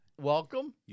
welcome